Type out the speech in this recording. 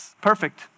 perfect